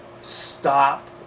Stop